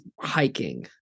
hiking